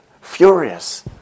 furious